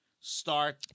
start